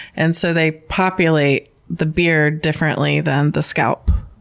and so they populate the beard differently than the scalp.